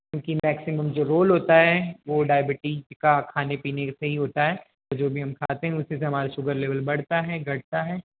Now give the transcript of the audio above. क्योंकि मैक्सिमम जो रोल होता है वह डायबिटीज़ का खाने पीने से ही होता है तो जो भी हम खाते हैं उसी से हमारे शुगर लेवल बढ़ता है घटता है